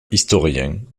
historien